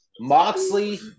Moxley